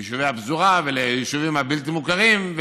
ליישובי הפזורה וליישובים הבלתי-מוכרים,